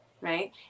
Right